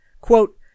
Quote